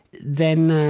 then,